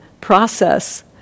process